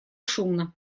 шумно